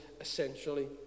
essentially